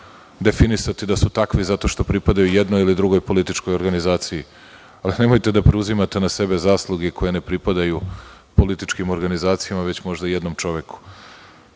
definisati da su takvi zato što pripadaju jednoj ili drugoj političkoj organizaciji. Nemojte da preuzimate na sebe zasluge koje ne pripadaju političkim organizacijama već možda jednom čoveku.I